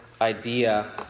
idea